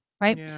right